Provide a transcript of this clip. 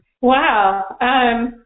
Wow